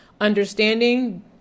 understanding